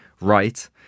right